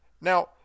now